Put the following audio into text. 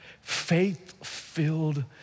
faith-filled